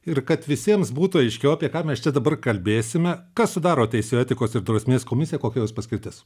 ir kad visiems būtų aiškiau apie ką mes čia dabar kalbėsime kas sudaro teisėjų etikos ir drausmės komisiją kokia jos paskirtis